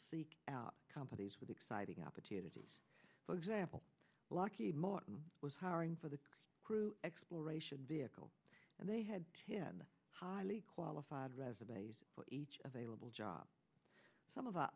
seek out companies with exciting opportunities for example lucky martin was hiring for the crew exploration vehicle and they had ten highly qualified resumes for each of a level job some of